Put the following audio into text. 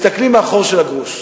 מסתכלים בחור של הגרוש.